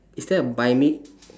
is there a buy me